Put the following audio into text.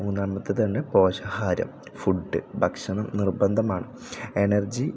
മൂന്നാമത്തേത് തന്നെ പോഷകാഹാരം ഫുഡ് ഭക്ഷണം നിർബന്ധമാണ് എനർജി